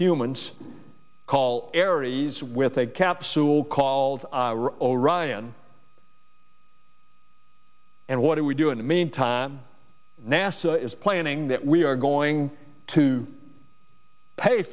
humans call aries with a capsule called orion and what do we do in the meantime nasa is planning that we are going to pay